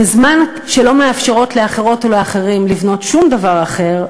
בזמן שלא מאפשרות לאחרות ולאחרים לבנות שום דבר אחר,